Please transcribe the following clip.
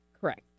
Correct